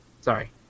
sorry